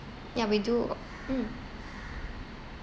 ya we do mm